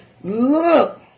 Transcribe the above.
Look